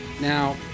now